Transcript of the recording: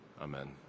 Amen